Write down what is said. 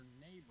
neighbor